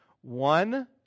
One